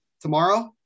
tomorrow